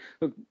Look